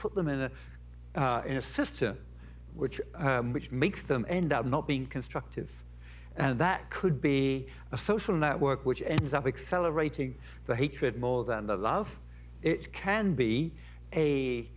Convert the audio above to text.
put them in a in a system which which makes them end up not being constructive and that could be a social network which ends up accelerating the hatred more than the love it can be a